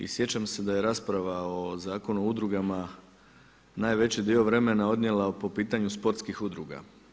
I sjećam se da je rasprava o Zakonu o udrugama najveći dio vremena odnijela po pitanju sportskih udruga.